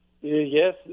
Yes